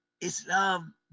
Islam